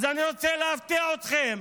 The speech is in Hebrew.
אז אני רוצה להפתיע אתכם: